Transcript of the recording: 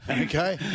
Okay